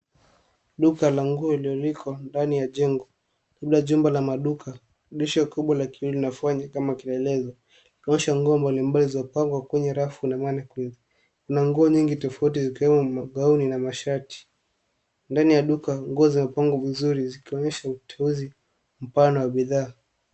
Duka la nguo lililoko ndani ya jengo labda jumba la maduka. Dirisha kubwa la kioo linafanya kama kielelezo likionyesha nguo mbalimbali zilizopangwa kwenye rafu na mannequin . Kuna nguo nyingi tofauti zikiwemo magauni na mashati. Ndani ya duka nguzo zimepangwa vizuri zikionyesha uteuzi mpana wa bidhaa.